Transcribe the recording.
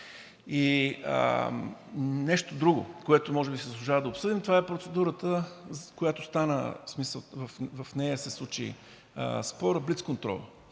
И нещо друго, което може би си заслужава да обсъдим, е процедурата, която стана, в смисъл, в нея се случи спор – блицконтрола.